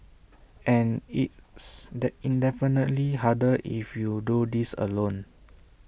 and it's the infinitely harder if you do this alone